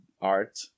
art